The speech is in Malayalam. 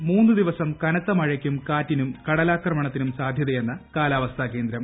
കേരളത്തിൽ മൂന്നുദിവസം കനത്ത് മൃഴയ്ക്കും കാറ്റിനും കടലാക്രമണത്തിനും സാധ്യത്ത്യെന്നു ് കാലാവസ്ഥാ കേന്ദ്രം